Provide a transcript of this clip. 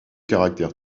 caractère